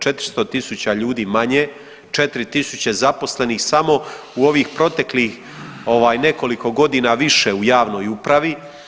400 000 ljudi manje, 4000 zaposlenih samo u ovih proteklih nekoliko godina više u javnoj upravi.